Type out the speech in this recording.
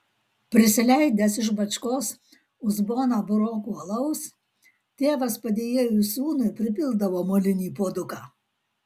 prisileidęs iš bačkos uzboną burokų alaus tėvas padėjėjui sūnui pripildavo molinį puoduką